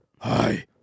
Hi